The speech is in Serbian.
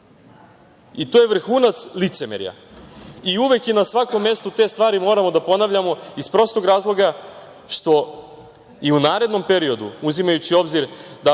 To je vrhunac licemerja i uvek i na svakom mestu te stvari moramo da ponavljamo iz prostog razloga što i u narednom periodu, uzimajući u obzir da